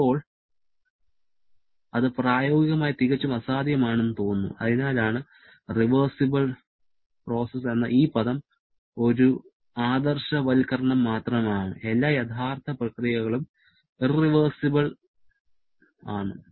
ഇപ്പോൾ അത് പ്രായോഗികമായി തികച്ചും അസാധ്യമാണെന്ന് തോന്നുന്നു അതിനാലാണ് റിവേർസിബിൾ പ്രോസസ്സ് എന്ന ഈ പദം ഒരു ആദർശവൽക്കരണം മാത്രമാണ് എല്ലാ യഥാർത്ഥ പ്രക്രിയകളും ഇർറിവേഴ്സിബൽ ആണ്